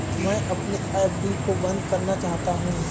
मैं अपनी एफ.डी को बंद करना चाहता हूँ